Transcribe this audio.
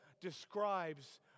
describes